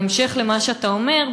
בהמשך למה שאתה אומר,